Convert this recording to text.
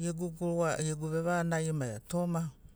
gegu guruga gegu vevanagi maiga toma